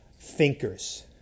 thinkers